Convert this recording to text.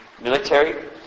military